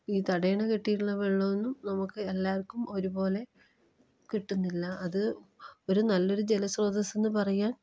ഈ തടയിണ കെട്ടീട്ടുള്ള വെള്ളമൊന്നും നമുക്ക് എല്ലാർക്കും ഒരുപോലെ കിട്ടുന്നില്ല അത് ഒരു നല്ലൊരു ജലസ്രോതസ്സെന്ന് പറയാൻ